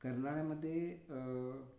कर्नाळ्यामध्ये